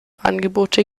angebote